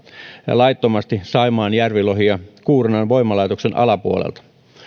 laittomasti saimaan järvilohia kuurnan voimalaitoksen alapuolelta